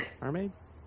Mermaids